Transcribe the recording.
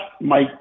Mike